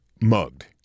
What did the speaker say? mugged